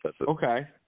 Okay